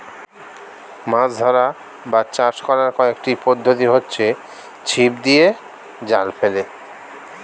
মাছ ধরা বা চাষ করার কয়েকটি পদ্ধতি হচ্ছে ছিপ দিয়ে, জাল ফেলে